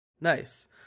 Nice